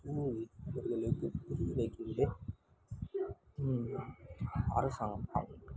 கூறி அவர்களுக்குப் புரிய வைக்குவதே அரசாங்கம் ஆகும்